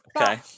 okay